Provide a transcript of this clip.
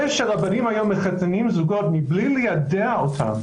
זה שרבנים היום מחתנים זוגות מבלי ליידע אותם